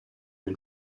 del